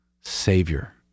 savior